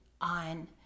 on